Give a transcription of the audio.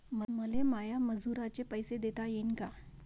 मले माया मजुराचे पैसे देता येईन का?